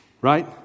Right